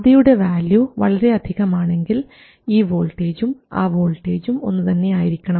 RD യുടെ value വളരെ അധികം ആണെങ്കിൽ ഈ വോൾട്ടേജും ആ വോൾട്ടേജും ഒന്നുതന്നെ ആയിരിക്കണം